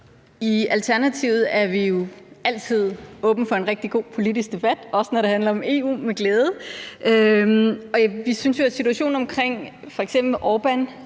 I Alternativet er vi jo med glæde altid åbne for en rigtig god politisk debat, også når det handler om EU. Vi synes jo, at situationen omkring f.eks. Orbán